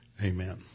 Amen